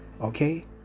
Okay